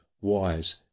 wise